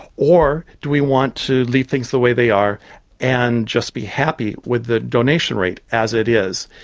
or do we want to leave things the way they are and just be happy with the donation rate as it is?